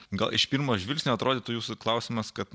gal iš pirmo žvilgsnio atrodytų jūsų klausimas kad